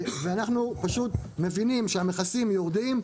אנחנו מבינים שהמכסים יורדים,